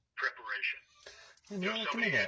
preparation